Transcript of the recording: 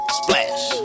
splash